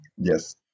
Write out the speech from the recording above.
Yes